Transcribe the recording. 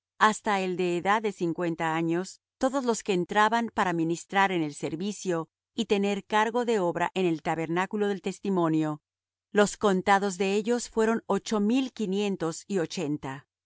hasta el de edad de cincuenta años todos los que entraban para ministrar en el servicio y tener cargo de obra en el tabernáculo del testimonio los contados de ellos fueron ocho mil quinientos y ochenta